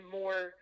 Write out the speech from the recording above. more